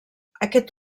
aquest